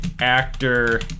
actor